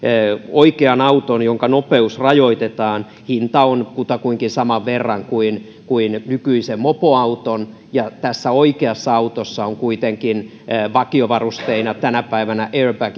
oikean auton jonka nopeus rajoitetaan hinta on kutakuinkin saman verran kuin kuin nykyisen mopoauton ja tässä oikeassa autossa on kuitenkin vakiovarusteina tänä päivänä